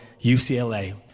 UCLA